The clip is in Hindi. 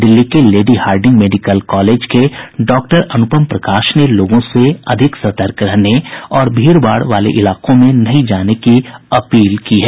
दिल्ली के लेडी हार्डिंग मेडिकल कॉलेज के डॉक्टर अनुपम प्रकाश ने लोगों से अधिक सतर्क रहने और भीड़भाड़ वाले इलाकों में नहीं जाने की अपील की है